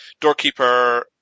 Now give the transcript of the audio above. Doorkeeper